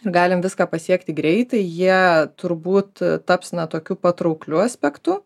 galim viską pasiekti greitai jie turbūt taps na tokiu patraukliu aspektu